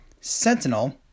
Sentinel